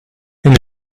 and